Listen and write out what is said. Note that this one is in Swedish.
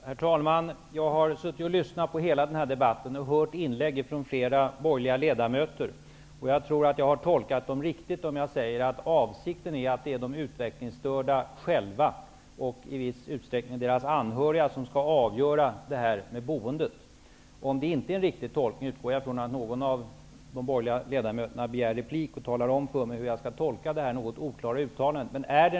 Herr talman! Jag har lyssnat på hela denna debatt, och jag har hört inlägg från flera borgerliga ledamöter. Jag tror att jag har tolkat dem riktigt om jag säger att avsikten är att de utvecklingsstörda själva, och i viss utsträckning deras anhöriga, skall avgöra frågan om boendet. Om tolkningen inte är riktig utgår jag från att någon av de borgerliga ledamöterna begär replik och talar om för mig hur jag skall tolka det något oklara uttalande som gjordes.